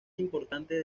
importantes